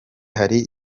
hari